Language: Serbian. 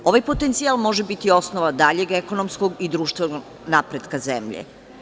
Ovaj potencijal može biti osnova daljeg ekonomskog i društvenog napretka zemlje.